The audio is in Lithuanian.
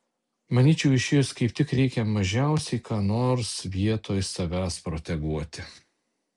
manyčiau išėjus kaip tik reikia mažiausiai ką nors vietoj savęs proteguoti